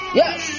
yes